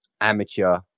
amateur